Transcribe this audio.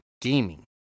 gaming